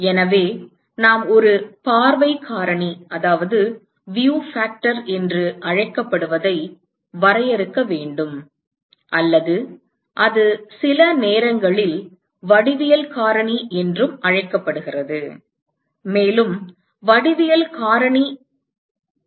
எனவே நாம் ஒரு பார்வை காரணி என்று அழைக்கப்படுவதை வரையறுக்க வேண்டும் அல்லது அது சில நேரங்களில் வடிவியல் காரணி என்றும் அழைக்கப்படுகிறது மேலும் வடிவியல் காரணி என்றும் அழைக்கப்படுகிறது